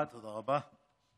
תודה רבה.